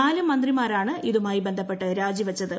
നാല് മന്ത്രിമാരാണ് ഇതുമായി ബന്ധപ്പെട്ട് രാജിവച്ചത്